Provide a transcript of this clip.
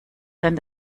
sein